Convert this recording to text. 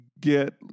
get